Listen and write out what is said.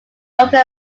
occur